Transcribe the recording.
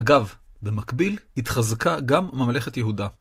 אגב, במקביל, התחזקה גם ממלכת יהודה.